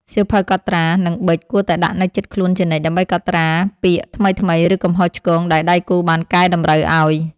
សៀវភៅកត់ត្រា និងប៊ិច គួរតែដាក់នៅជិតខ្លួនជានិច្ច ដើម្បីកត់ត្រាពាក្យថ្មីៗ ឬកំហុសឆ្គងដែលដៃគូបានកែតម្រូវឱ្យ។